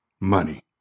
Money